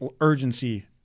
urgency